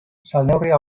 salneurria